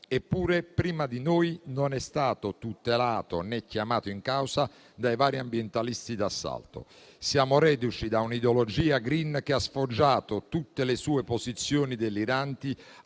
eppure prima di noi non è stato tutelato né chiamato in causa dai vari ambientalisti d'assalto. Siamo reduci da un'ideologia *green* che ha sfoggiato tutte le sue posizioni deliranti,